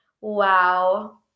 Wow